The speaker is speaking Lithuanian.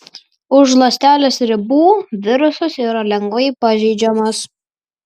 už ląstelės ribų virusas yra lengvai pažeidžiamas